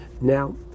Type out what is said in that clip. now